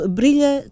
brilha